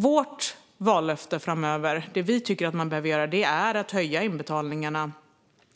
Vårt vallöfte framöver, det vi tycker att man behöver göra, är att höja inbetalningarna